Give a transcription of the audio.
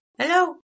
hello